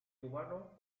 cubano